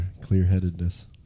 clear-headedness